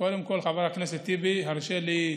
קודם כול, חבר הכנסת טיבי, הרשה לי,